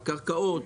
קרקעות,